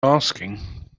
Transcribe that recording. asking